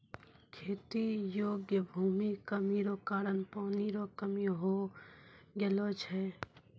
खेती योग्य भूमि कमी रो कारण पानी रो कमी हो गेलौ छै